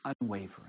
unwavering